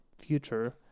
future